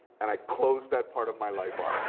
and i closed that part of my life off.